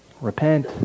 Repent